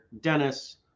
Dennis